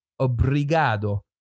obrigado